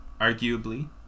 arguably